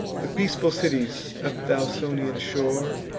the peaceful cities of th' ausonian shore,